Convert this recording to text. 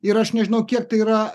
ir aš nežinau kiek tai yra